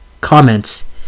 Comments